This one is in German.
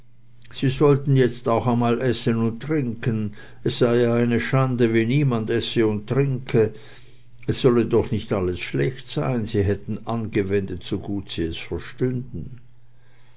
sie sollten jetzt auch einmal essen und trinken es sei ja eine schande wie niemand esse und trinke es solle doch nicht alles schlecht sein sie hätten angewendet so gut sie es verstanden